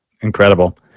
Incredible